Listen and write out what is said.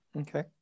Okay